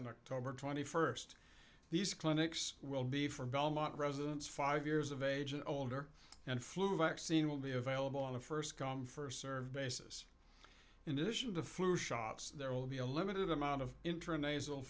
and october twenty first these clinics will be for belmont residents five years of age and older and flu vaccine will be available on a first come first serve basis in addition to flu shots there will be a limited amount of interim nasal